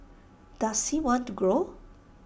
does he want to grow